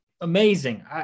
amazing